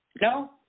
No